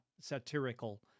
satirical